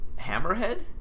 Hammerhead